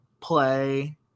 play